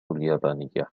اليابانية